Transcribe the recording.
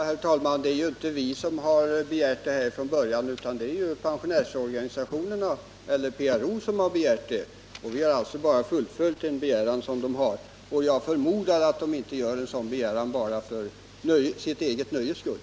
Herr talman! Det är ju inte vi som begärt detta från början, utan det är PRO. Vi haralltså bara fullföljt en begäran från PRO, och jag förmodar att man från PRO:s sida inte gör en sådan begäran enbart för nöjes skull.